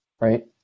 right